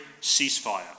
ceasefire